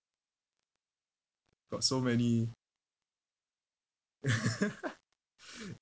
got so many